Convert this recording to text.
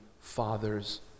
fathers